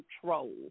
control